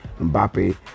Mbappe